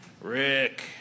Rick